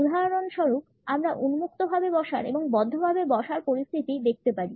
উদাহরণস্বরূপ আমরা উন্মুক্তভাবে বসার এবং বদ্ধভাবে বসার পরিস্থিতি দেখতে পারি